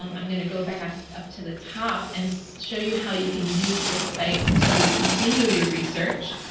um i'm going to go back up to the top and show you how you can use this site to continue your research.